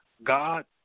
God